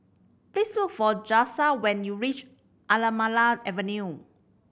please look for Jalisa when you reach Anamalai Avenue